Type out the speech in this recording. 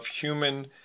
human